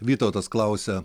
vytautas klausia